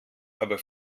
aber